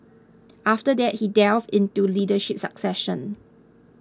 after that he delved into leadership succession